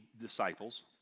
disciples